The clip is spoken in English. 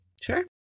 Sure